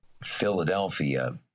Philadelphia